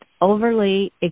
Overly